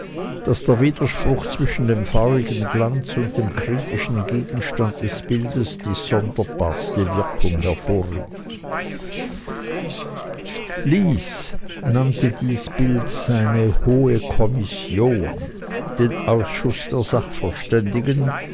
daß der widerspruch zwischen dem freudigen glanz und dem kritischen gegenstand des bildes die sonderbarste wirkung hervorrief lys nannte dies bild seine hohe kommission den ausschuß der sachverständigen